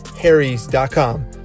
harrys.com